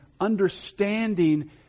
understanding